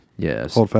Yes